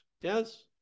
Yes